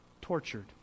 tortured